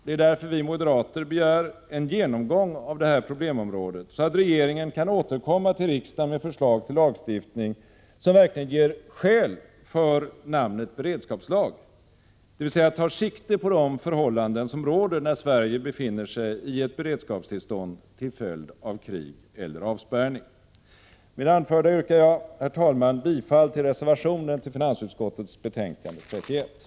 Det är därför vi moderater begär en genomgång av detta problemområde, så att regeringen kan återkomma till riksdagen med förslag till lagstiftning, som verkligen gör skäl för namnet beredskapslag, dvs. tar sikte på de, förhållanden som råder när Sverige befinner sig i ett beredskapstillstånd till följd av krig eller avspärrning. Med det anförda yrkar jag, herr talman, bifall till reservationen till finansutskottets betänkande 31.